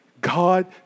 God